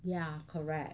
ya correct